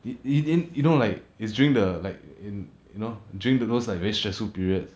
in in in you know like it's during the like in you know during the most like very stressful period